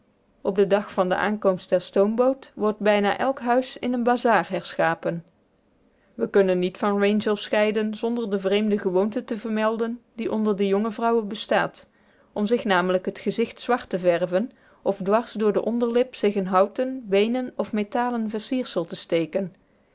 op den dag van de aankomst der stoomboot wordt bijna elk huis in een bazaar herschapen we kunnen niet van wrangell scheiden zonder de vreemde gewoonte te vermelden die onder de jonge vrouwen bestaat om zich namelijk het gezicht zwart te verven of dwars door de onderlip zich een houten beenen of metalen versiersel te steken